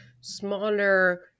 smaller